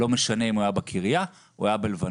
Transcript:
לא משנה אם הוא היה בקריה או היה בלבנון,